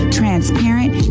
transparent